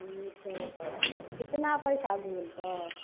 ठीक हइ तब कितना पैसा भेल तऽ